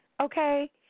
Okay